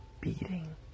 beating